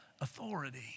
authority